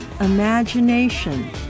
imagination